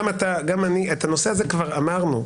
גם אתה וגם אני את הנושא הזה כבר אמרנו.